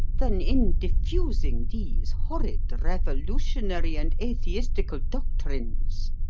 than in diffusing these horrid revolutionary and atheistical doctrines.